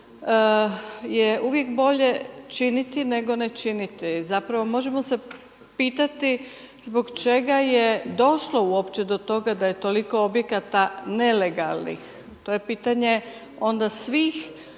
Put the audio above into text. je uvijek bolje činiti nego ne činiti. Zapravo možemo se pitati zbog čega je došlo uopće do toga da je toliko objekata nelegalnih. To je pitanje onda svih